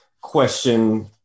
question